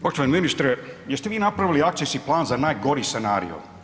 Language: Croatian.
Poštovani ministre, jeste vi napravili akcijski plan za najgori scenarijo?